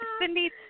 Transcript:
Cindy